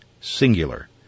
Singular